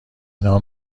نام